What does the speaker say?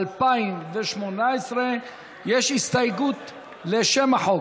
התשע"ח 2018. יש הסתייגות לשם החוק.